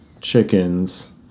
chickens